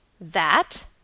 that